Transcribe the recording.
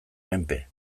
menpe